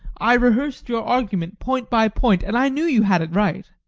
i rehearsed your argument point by point, and i knew you had it right.